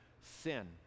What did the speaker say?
sin